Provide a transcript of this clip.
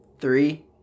three